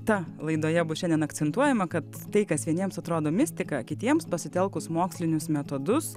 ta laidoje bus šiandien akcentuojama kad tai kas vieniems atrodo mistika kitiems pasitelkus mokslinius metodus